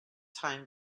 time